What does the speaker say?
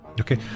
Okay